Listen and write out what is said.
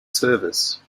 service